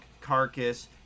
carcass